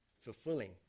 fulfilling